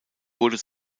wurde